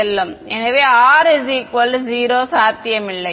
எனவே R 0 சாத்தியமில்லை